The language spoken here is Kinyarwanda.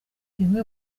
bimwe